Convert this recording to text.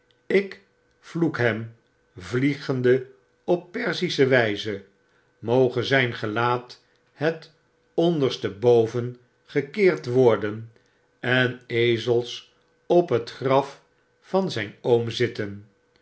ik vloek hem vliegende op perzische wpe moge zyn gelaat het onderste boven gekeerd worden en ezels op het graf van zfin oom zitten